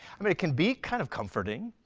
i mean it can be kind of comforting.